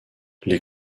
les